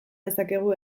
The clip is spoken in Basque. dezakegu